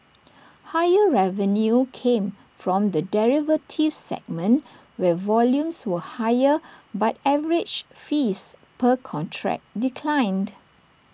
higher revenue came from the derivatives segment where volumes were higher but average fees per contract declined